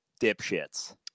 dipshits